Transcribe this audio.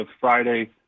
Friday